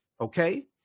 okay